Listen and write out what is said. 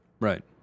Right